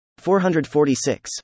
446